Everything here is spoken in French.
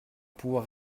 pouvoir